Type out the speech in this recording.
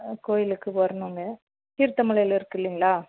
கோயிலுக்கு வரணுங்க தீர்த்த மலையில் இருக்குதுல்லைங்களா